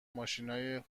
ماشینای